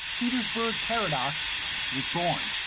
petersburg paradox was born.